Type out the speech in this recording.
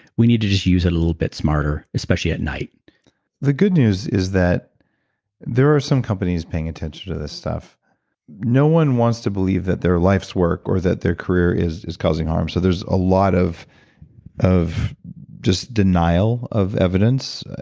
we need to just use it a little bit smarter, especially at night the good news is that there are some companies paying attention to this stuff no one wants to believe that their life's work, or that their career is is causing harm. so, there's a lot of of just denial of evidence.